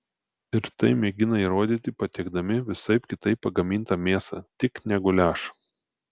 ir tai mėgina įrodyti patiekdami visaip kitaip pagamintą mėsą tik ne guliašą